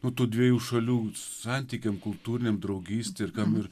va tų dviejų šalių santykiams kultūriniam draugystei ir kam ir